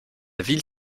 ville